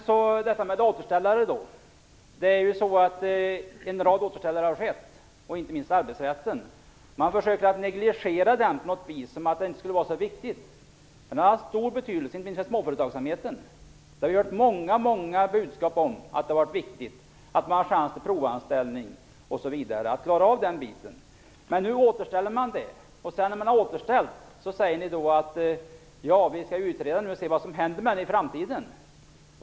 Vad gäller återställare vill jag säga att det har skett en rad återställanden, inte minst inom arbetsrätten. Man försöker på något sätt att negligera den, som om den inte skulle vara så viktig, men den har haft stor betydelse, inte minst för småföretagsamheten. Det har framförts många budskap om att den har varit viktig, t.ex. att det funnits möjligheter till provanställning. Men nu återställer man reglerna, och sedan detta har skett säger ni att ni skall utreda vad som skall hända med den i framtiden.